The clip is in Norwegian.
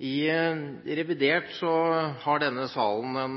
I revidert har denne salen en